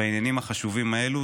בעניינים החשובים האלו,